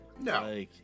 No